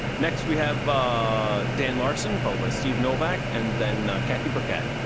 next we have dan larson four by steve novak and then jackie burdette.